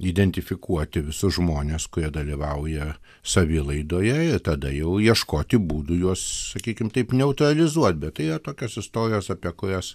identifikuoti visus žmones kurie dalyvauja savilaidoje ir tada jau ieškoti būdų juos sakykim taip neutralizuot bet tai yra tokios istorijos apie kurias